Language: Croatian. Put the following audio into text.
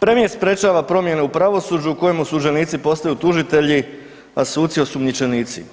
premijer sprečava promjene u pravosuđu u kojem osuđenici postaju tužitelji, a suci osumnjičenici.